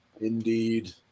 Indeed